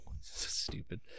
Stupid